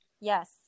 Yes